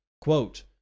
Quote